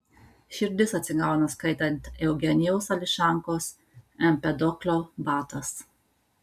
širdis atsigauna skaitant eugenijaus ališankos empedoklio batas